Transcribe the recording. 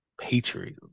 Patriot